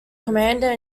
commander